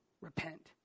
repent